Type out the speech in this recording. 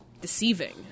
deceiving